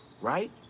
Right